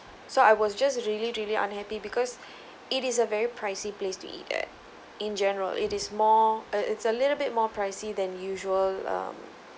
so I was just really really unhappy because it is a very pricey place to eat at in general it is more ah it's a little bit more pricey than usual um